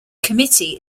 committee